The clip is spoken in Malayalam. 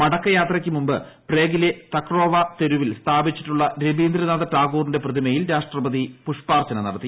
മടക്ക യാത്രയ്ക്കുമുമ്പ് പ്രേഗിലെ തക്വറോവ തെരുവിൽ സ്ഥാപിച്ചിട്ടുള്ള രബീന്ദ്രനാഥ ടാഗോറിന്റെ പ്രതിമയിൽ രാഷ്ട്രപതി പുഷ്പാർച്ച നടത്തി